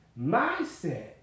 mindset